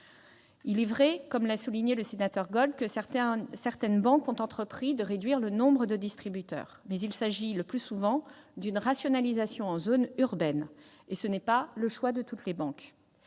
Il est vrai, comme Éric Gold l'a souligné, que certaines banques ont entrepris de réduire le nombre de distributeurs. Mais il s'agit le plus souvent d'une rationalisation en zone urbaine, et ce n'est pas le choix de toutes les banques.